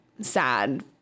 sad